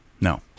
No